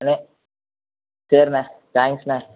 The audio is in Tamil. அண்ணே சரிண்ண தேங்க்ஸ்ண்ண